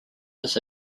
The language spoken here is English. his